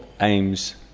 aims